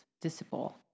disciple